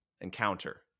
encounter